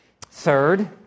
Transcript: Third